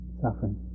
suffering